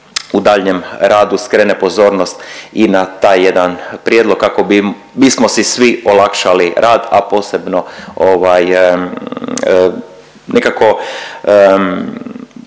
u daljnjem radu skrene pozornost i na taj jedan prijedlog kako bismo si svi olakšali rad, a posebno ovaj